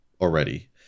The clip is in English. already